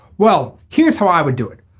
well here's how i would do it.